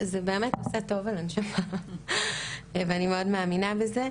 זה באמת עושה טוב על הנשמה ואני מאוד מאמינה בזה.